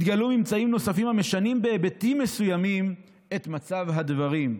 התגלו אמצעים נוספים המשנים בהיבטים מסוימים את מצב הדברים.